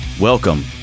Welcome